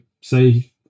say